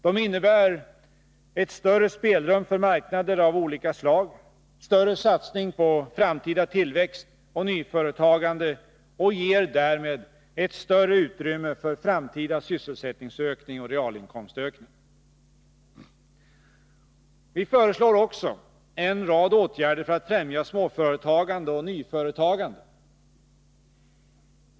De innebär ett större spelrum för marknader av olika slag och en större satsning på framtida tillväxt och nyföretagande, och de ger därmed ett större utrymme för framtida sysselsättningsökning och realinkomstökning. Vi föreslår också en rad åtgärder för att främja småföretagande och nyföretagande.